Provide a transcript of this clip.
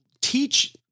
teach